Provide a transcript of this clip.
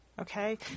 Okay